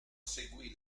seguì